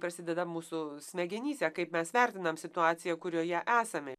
tas pojūtis ar mes esam laimingi prasideda mūsų smegenyse kaip mes vertinam situaciją kurioje esame